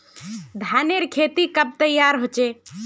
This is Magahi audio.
धानेर खेती कब तैयार होचे?